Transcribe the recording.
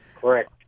Correct